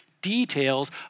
details